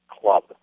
club